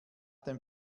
dem